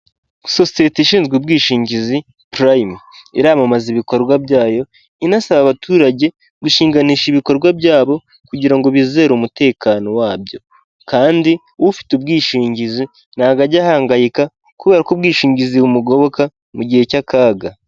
Sosiyete ishinzwe ubwishingizi Prime, iramamaza ibikorwa byayo inasaba abaturage gushinganisha ibikorwa byabo kugira ngo bizere umutekano wabyo, kandi ufite ubwishingizi ntago ajya ahangayika kubera ko ubwishingizi bumugoboka mu gihe cy'akaga.